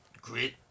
grit